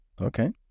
Okay